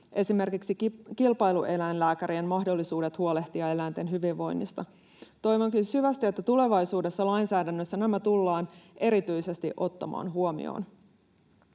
esimerkiksi kilpailueläinlääkärien mahdollisuudet huolehtia eläinten hyvinvoinnista. Toivonkin syvästi, että tulevaisuudessa lainsäädännössä nämä tullaan erityisesti ottamaan huomioon.